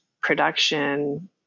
production